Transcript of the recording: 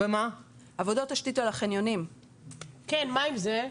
כן, מה עם זה?